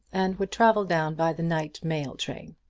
and would travel down by the night-mail train.